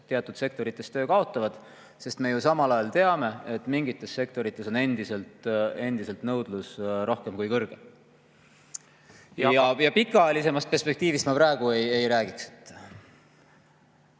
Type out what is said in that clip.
teatud sektorites töö kaotavad, sest me ju teame, et mingites sektorites on nõudlus endiselt rohkem kui kõrge. Ja pikaajalisemast perspektiivist ma praegu ei räägiks.